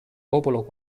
popolo